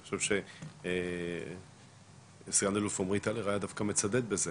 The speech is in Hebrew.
אני חושב שסגן-אלוף עמרי טלר היה דווקא מצדד בזה.